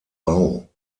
bau